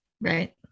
Right